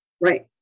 Right